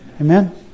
Amen